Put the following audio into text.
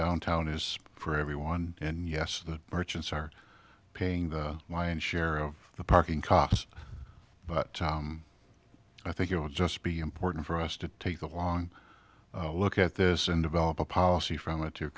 downtown is for everyone and yes the merchants are paying the lion's share of the parking costs but i think it will just be important for us to take a long look at this and develop a policy from a to